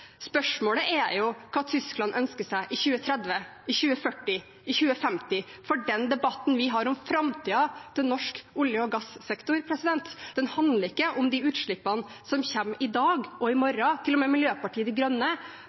Spørsmålet er jo hva Tyskland ønsker seg i 2030, i 2040, i 2050. For den debatten vi har om framtiden til norsk olje- og gassektor, handler ikke om de utslippene som kommer i dag og i morgen. Til og med Miljøpartiet De Grønne